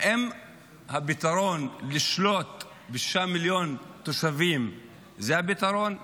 האם הפתרון לשלוט בשישה מיליון תושבים הוא הפתרון?